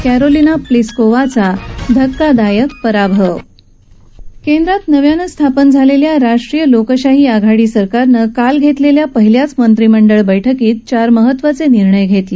Carolina प्लिस्कोवाचा धक्कादायक पराभव केंद्रात नव्यानं स्थापन झालेल्या राष्ट्रीय लोकशाही आघाडी सरकारनं काल घेतलेल्या पहिल्याच मंत्रिमंडळ बैठकीत चार महत्वाचे निर्णय घेतले